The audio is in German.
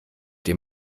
dem